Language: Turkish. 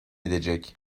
edecek